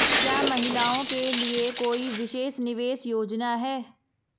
क्या महिलाओं के लिए कोई विशेष निवेश योजना है?